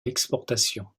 l’exportation